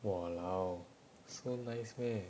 !walao! so nice meh